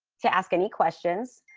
to ask any questions.